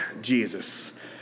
Jesus